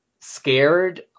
scared